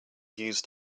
used